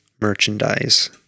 merchandise